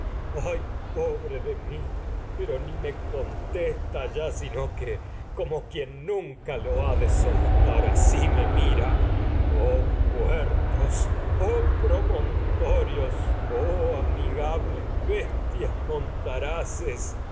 ay pobre de mi pero contesta así me sino qué como quien nunca lo ha de soltar mira oh puertos oh promontorios oh amigables